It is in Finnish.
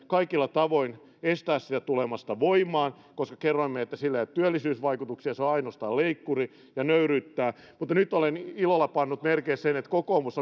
kaikilla tavoin estää sitä tulemasta voimaan koska kerroimme että sillä ei ole työllisyysvaikutuksia ja se on ainoastaan leikkuri ja nöyryyttää nyt olen ilolla pannut merkille että kokoomus